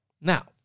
Now